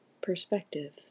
Perspective